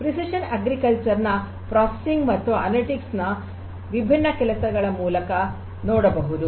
precision agriculture ನ processing ಮತ್ತುಅನಲಿಟಿಕ್ಸ್ ನ ವಿಭಿನ್ನ ಕೆಲಸಗಳ ಮೂಲಕ ನೋಡಬಹುದು